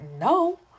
no